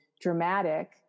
dramatic